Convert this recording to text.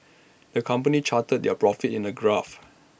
the company charted their profits in A graph